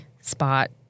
spot